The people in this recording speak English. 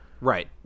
Right